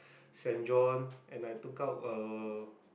St-John and I took out uh(